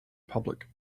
public